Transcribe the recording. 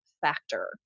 Factor